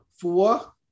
four